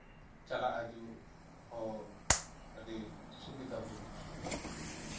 ᱪᱟᱞᱟᱜ ᱦᱤᱡᱩᱜ ᱦᱚᱸ ᱟᱸᱰᱤ ᱥᱩᱵᱤᱫᱷᱟ ᱦᱩᱭ ᱟᱠᱟᱱᱟ